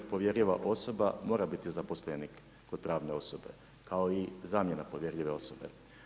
Povjerljiva osoba mora biti zaposlenik kod pravne osobe kao i zamjena povjerljive osobe.